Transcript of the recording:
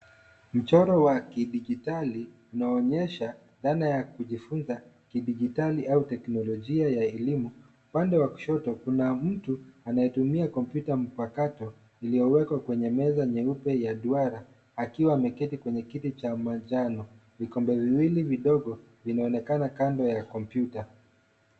Mchoro wa kidijitali inaonyesha dhana ya kujifunza kidijitali au teknolojia ya elimu. Upande wa kushoto kuna mtu anayetumia kompyuta mpakato iliyowekwa kwenye meza nyeupe ya duara akiwa ameketi kwenye kiti cha manjano. Vikombe viwili vidogo vinaonekana kando ya kompyuta.